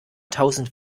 tausend